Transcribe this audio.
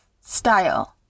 style